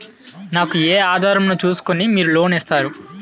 నాకు ఏ ఆధారం ను చూస్కుని మీరు లోన్ ఇస్తారు?